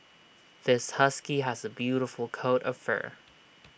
this husky has A beautiful coat of fur